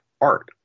art